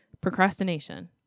Procrastination